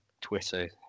twitter